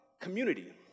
community